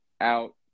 out